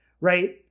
right